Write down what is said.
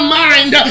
mind